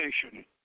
station